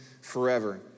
forever